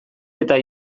eta